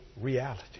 reality